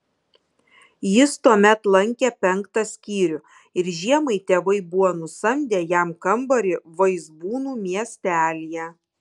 jis tuomet lankė penktą skyrių ir žiemai tėvai buvo nusamdę jam kambarį vaizbūnų miestelyje